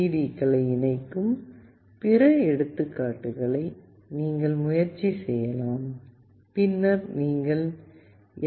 டிக்களை இணைக்கும் பிற எடுத்துக்காட்டுகளை நீங்கள் முயற்சி செய்யலாம் பின்னர் நீங்கள் எல்